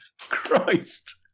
Christ